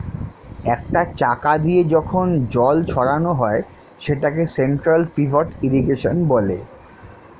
একটা চাকা দিয়ে যখন জল ছড়ানো হয় সেটাকে সেন্ট্রাল পিভট ইর্রিগেশনে